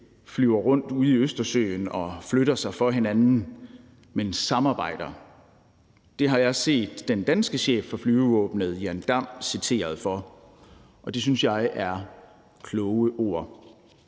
flyver rundt ude i Østersøen og flytter sig for hinanden, men samarbejder. Det har jeg set den danske chef for Flyvevåbnet, Jan Dam, citeret for, og det synes jeg er kloge ord.